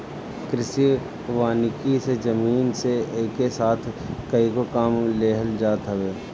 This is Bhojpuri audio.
कृषि वानिकी से जमीन से एके साथ कएगो काम लेहल जात हवे